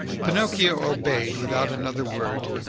pinocchio obeyed without another word.